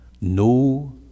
no